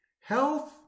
Health